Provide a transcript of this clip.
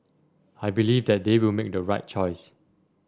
I believe that they will make the right choice